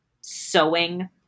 sewing